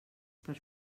per